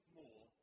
more